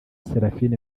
seraphine